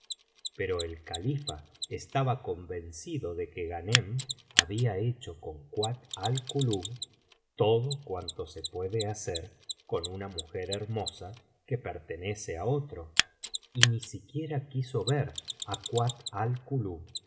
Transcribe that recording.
pero el califa estaba convencido de que ghanem había hecho con kuat al kulub todo cuanto se puede hacer con una mujer hermosa que pertenece á otro